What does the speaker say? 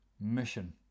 mission